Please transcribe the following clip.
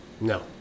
No